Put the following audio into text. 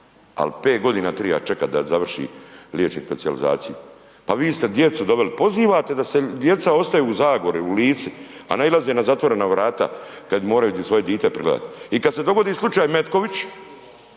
al 5 godina triba čekat da završi liječnik specijalizaciju, pa vi ste djecu doveli, pozivate da se djeca ostaju u Zagori, u Lici, a nailaze na zatvorena vrata kad moraju svoje dite prigledat i kad se dogodi slučaj Metković,